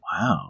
wow